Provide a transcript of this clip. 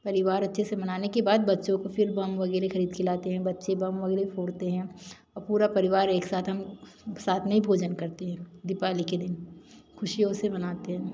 परिवार अच्छे से मनाने के बाद बच्चों को फिर बम वगैरह खरीद के लाते हैं बच्चे बम वगैरह फोड़ते हैं पूरा परिवार एक साथ हम साथ में ही भोजन करते हैं दीपावली के दिन खुशियों से मनाते हैं